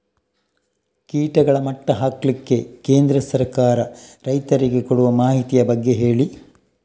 ಕೀಟಗಳ ಮಟ್ಟ ಹಾಕ್ಲಿಕ್ಕೆ ಕೇಂದ್ರ ಸರ್ಕಾರ ರೈತರಿಗೆ ಕೊಡುವ ಮಾಹಿತಿಯ ಬಗ್ಗೆ ಹೇಳಿ